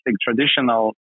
traditional